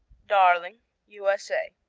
darling u s a.